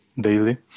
daily